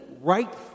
right